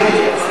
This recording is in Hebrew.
אני אומר